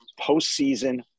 postseason